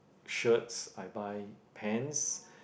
shirts I buy pants